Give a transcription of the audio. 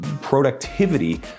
productivity